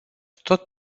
tot